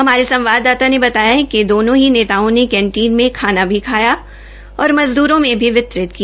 हमारे संवाददाता ने बताया है कि दोनों नेताओं ने केंटीन में खाना भी खाया और मज़द्रों में भी वितरित किया